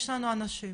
יש לנו אנשים